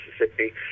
Mississippi